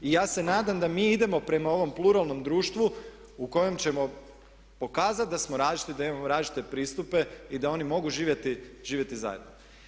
I ja se nadam da mi idemo prema ovom pluralnom društvu u kojem ćemo pokazati da smo različiti i da imamo različite pristupe i da oni mogu živjeti zajedno.